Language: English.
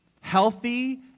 Healthy